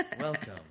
Welcome